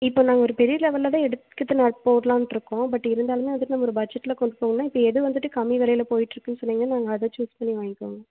இப்போ நாங்கள் ஒரு பெரிய லெவலில் தான் எடுத்துக்கிட்டு நட் போடலான்ட்டு இருக்கோம் பட் இருந்தாலும் அது நம்ம ஒரு பட்ஜட்டில் கொண்டு போகணுன்னா இப்போ எது வந்துட்டு கம்மி விலையில போயிட்டுருக்கு சொன்னீங்கன்னா நாங்கள் அதை சூஸ் பண்ணி வாங்கிக்குவோங்க